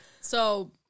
So-